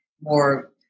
more